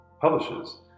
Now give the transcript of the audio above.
publishes